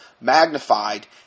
magnified